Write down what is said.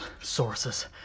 sources